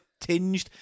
tinged